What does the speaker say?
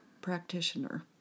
practitioner